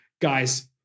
guys